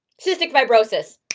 cystic fibrosis!